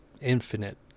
infinite